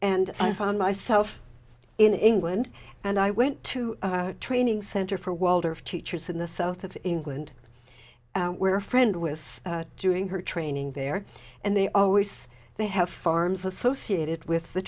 and i found myself in england and i went to a training center for world of teachers in the south of england where a friend was doing her training there and they always they have farms associated with the